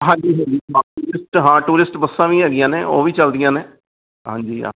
ਹਾਂਜੀ ਟੂਰਿਸਟ ਹਾਂ ਟੂਰਿਸਟ ਬੱਸਾਂ ਵੀ ਹੈਗੀਆਂ ਨੇ ਉਹ ਵੀ ਚੱਲਦੀਆਂ ਨੇ ਹਾਂਜੀ ਹਾਂ